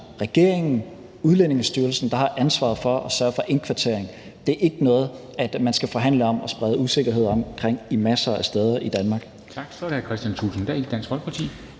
er regeringen og Udlændingestyrelsen, der har ansvaret for at sørge for indkvartering. Det er ikke noget, man skal forhandle om og sprede usikkerhed omkring masser af steder i Danmark. Kl. 13:53 Formanden (Henrik Dam Kristensen): Tak.